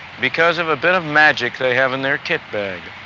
because of a bit of magic they have in their kit bag.